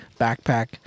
backpack